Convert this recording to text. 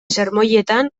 sermoietan